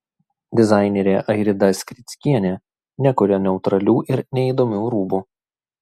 dizainerė airida skrickienė nekuria neutralių ir neįdomių rūbų